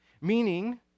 Meaning